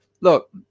Look